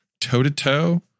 toe-to-toe